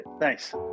Thanks